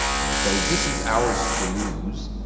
okay. so this is ours to lose.